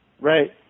Right